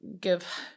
give